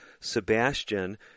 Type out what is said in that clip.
Sebastian